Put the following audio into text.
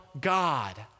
God